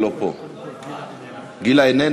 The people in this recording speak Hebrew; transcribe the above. אגרות והוצאות,